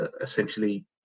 essentially